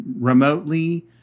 remotely